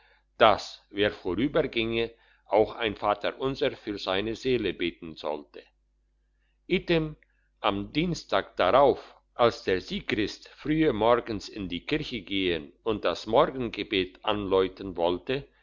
dass wer vorüberginge auch ein vaterunser für seine seele beten sollte item am dienstag darauf als der sigrist frühe morgens in die kirche gehn und das morgengebet anläuten wollte